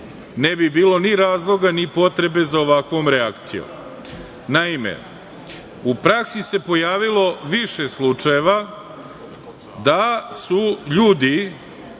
ne bi bilo ni razloga, ni potrebe za ovakvom reakcijom. Naime, u praksi se pojavilo više slučajeva da su ljudi